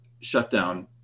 shutdown